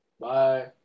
bye